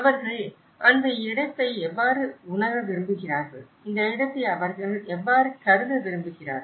அவர்கள் இந்த இடத்தை எவ்வாறு உணர விரும்புகிறார்கள் இந்த இடத்தை அவர்கள் எவ்வாறு கருத விரும்புகிறார்கள்